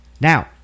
Now